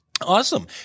Awesome